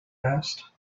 asked